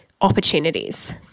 opportunities